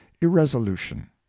irresolution